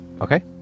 okay